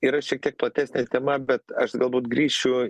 yra šiek tiek platesnė tema bet aš galbūt grįšiu